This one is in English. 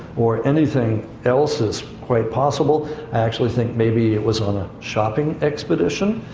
or, anything else is quite possible actually think maybe it was on a shopping expedition,